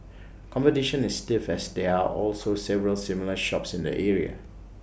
competition is stiff as there are also several similar shops in the area